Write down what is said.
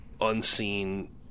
unseen